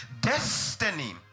destiny